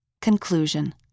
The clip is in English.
Conclusion